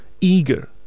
Eager